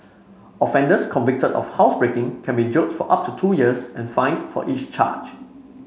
offenders convicted of housebreaking can be jailed for up to two years and fined for each charge